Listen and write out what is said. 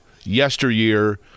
yesteryear